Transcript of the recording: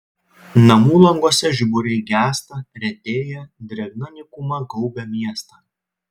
namų languose žiburiai gęsta retėja drėgna nykuma gaubia miestą